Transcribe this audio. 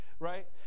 Right